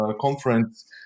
conference